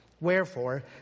Wherefore